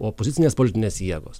opozicinės politinės jėgos